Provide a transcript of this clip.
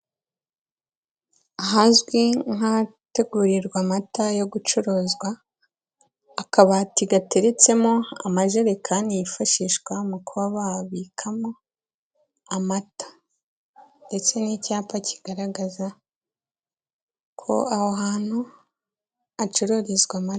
Ahazwi nk'ahategurirwa amata yo gucuruzwa, akabati gateretsemo amajerekani yifashishwa mu kubabikamo, amata. Ndetse n'icyapa kigaragaza ko aho hantu hacururizwa amata.